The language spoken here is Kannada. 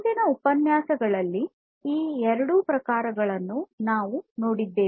ಹಿಂದಿನ ಉಪನ್ಯಾಸಗಳಲ್ಲಿ ಈ ಎರಡೂ ಪ್ರಕಾರಗಳನ್ನು ನಾವು ನೋಡಿದ್ದೇವೆ